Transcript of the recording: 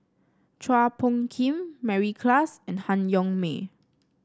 Chua Phung Kim Mary Klass and Han Yong May